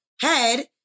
head